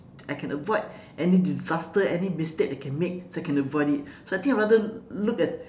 I can avoid any disaster any mistake that can make so I can avoid it so I think I rather look at